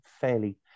fairly